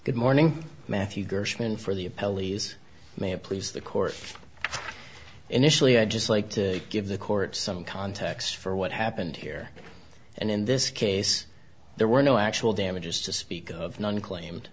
good morning matthew gershman for the appellee is may have please the court initially i just like to give the court some context for what happened here and in this case there were no actual damages to speak of none claimed